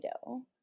dough